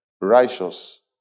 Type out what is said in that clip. righteous